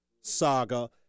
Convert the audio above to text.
saga